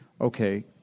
okay